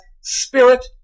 spirit